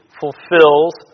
fulfills